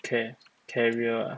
car~ carrier